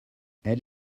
elle